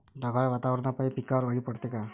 ढगाळ वातावरनापाई पिकावर अळी पडते का?